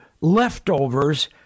leftovers